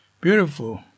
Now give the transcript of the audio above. beautiful